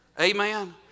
Amen